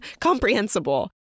comprehensible